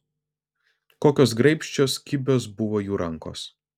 kokios graibščios kibios buvo jų rankos